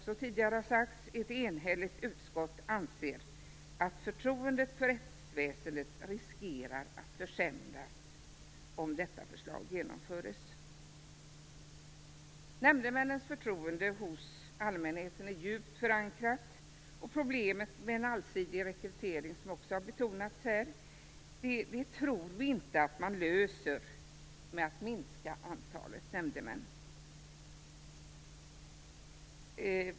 Som tidigare har nämnts här anser dock ett enhälligt utskott att förtroendet för rättsväsendet riskerar att försämras om detta förslag genomförs. Förtroendet för nämndemännen är djupt förankrat hos allmänheten. Vi tror inte att problemet med en allsidig rekrytering, som också betonats här, löses genom ett minskat antal nämndemän.